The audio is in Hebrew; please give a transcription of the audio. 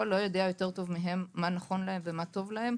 לא יודע טוב מהם מה נכון וטוב להם.